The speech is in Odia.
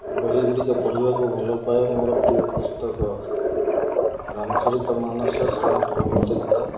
ବହିଗୁଡ଼ିକ ପଢ଼ିବାକୁ ଭଲପାଏ ମୋର ପ୍ରିୟ ପୁସ୍ତକ ରାମ ଚରିତ ମାନସ ଶ୍ରୀମଦ ଭଗବତ ଗୀତ